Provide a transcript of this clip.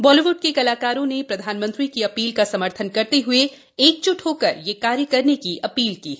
Bollywood के कलाकारों ने प्रधानमंत्री की अपील का समर्थन करते हए एकज्ट होकर यह कार्य करने की अपील की है